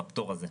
בפטור הזה.